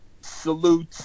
salute